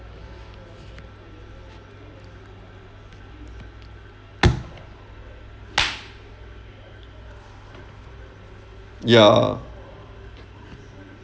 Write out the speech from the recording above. ya